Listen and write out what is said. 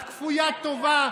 את כפוית טובה.